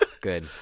good